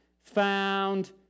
found